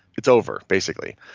it's over, basically.